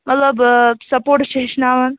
مطلب سپورٹٕس چھِ ہیٚچھناوان